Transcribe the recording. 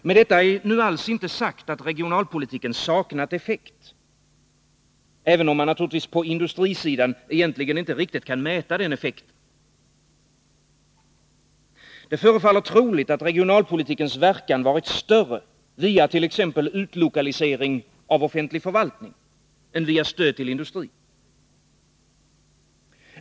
Med detta är nu alls inte sagt att regionalpolitiken saknat effekt, även om man naturligtvis på industrisidan egentligen inte riktigt kan mäta den effekten. Det förefaller troligt att regionalpolitikens verkan varit större via t.ex. utlokalisering av offentlig förvaltning än via stöd till industrin.